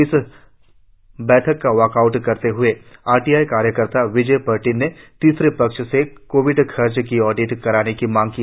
इस बैठक का बायकाट करते हुए आर टी आई कार्यकर्ता विजय पर्टिन ने तीसरे पक्ष से कोविड खर्च का ऑडिट कराने की मांग की